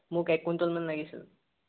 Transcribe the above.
মোক এক কুইণ্টলমান লাগিছিল